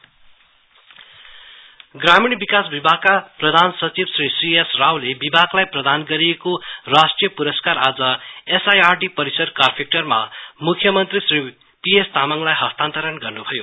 are DD अर्वंड ग्रामीण विकास विभागका प्रधान सचिव श्री सीएसशवले विभागलाई प्रदान गरिएको राष्ट्रीय पुरस्कार आज एसआईआरडी परिसर करफेक्टारमा मुख्यमन्त्री श्री पी एस तामाङले हस्तीन्तरण गर्नुभयो